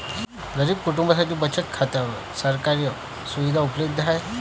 गरीब कुटुंबांसाठी बचत खात्या सारख्या सुविधा उपलब्ध आहेत